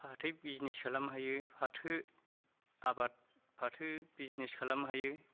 फाथो बिजनेस खालामनो हायो फाथो आबाद फाथो बिजनेस खालामनो हायो